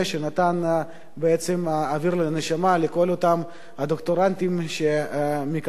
שנתן אוויר לנשימה לכל אותם הדוקטורנטים שמקבלים